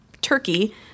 turkey